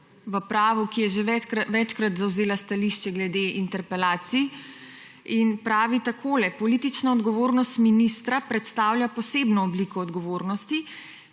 v pravu, ki je že večkrat zavzela stališče glede interpelacij in pravi takole: »Politična odgovornost ministra predstavlja posebno obliko odgovornosti,